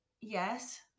Yes